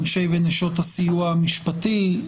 אנשי ונשות הסיוע המשפטי,